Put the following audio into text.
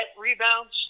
rebounds